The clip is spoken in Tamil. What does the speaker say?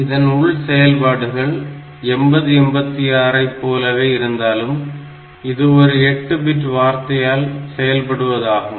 இதன் உள் செயல்பாடு 8086 ஐ போலவே இருந்தாலும் இது ஒரு 8 பிட் வார்த்தையால் செயல்படுவதாகும்